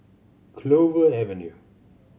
Clover Avenue